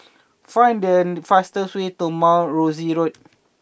find the fastest way to Mount Rosie Road